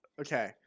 Okay